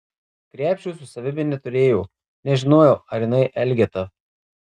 krepšio su savimi neturėjo nežinojau ar jinai elgeta